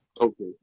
okay